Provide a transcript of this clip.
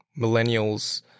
Millennials